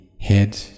head